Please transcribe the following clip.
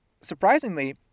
surprisingly